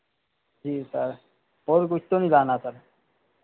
ठीक है सर और कुछ तो नहीं लाना सर